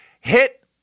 hit